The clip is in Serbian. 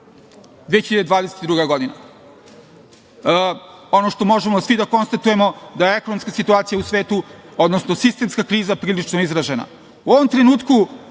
2022. godina. Ono što možemo svi da konstatujemo da je ekonomska situacija u svetu, odnosno sistemska kriza prilično izražena.U ovom trenutku